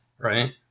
right